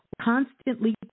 constantly